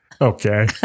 Okay